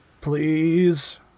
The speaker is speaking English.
Please